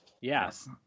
Yes